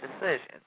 decisions